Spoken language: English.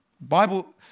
bible